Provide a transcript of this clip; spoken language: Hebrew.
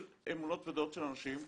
של אמונות ודעות של אנשים.